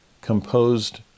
composed